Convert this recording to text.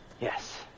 Yes